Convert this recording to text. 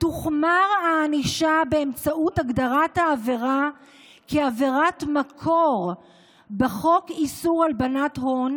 תוחמר הענישה באמצעות הגדרת העבירה כעבירת מקור בחוק איסור הלבנת הון,